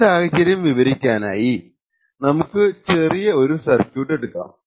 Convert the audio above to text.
ഈ സാഹചര്യം വിവരിക്കാനായി നമുക്ക് ഒരു ചെറിയ സർക്യൂട്ട് എടുക്കാം